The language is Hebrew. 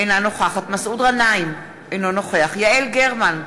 אינה נוכחת מסעוד גנאים, אינו נוכח יעל גרמן,